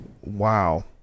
Wow